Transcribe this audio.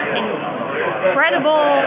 incredible